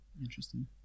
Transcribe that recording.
Interesting